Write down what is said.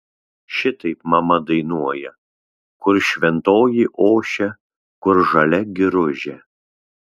šitaip mama dainuoja kur šventoji ošia kur žalia giružė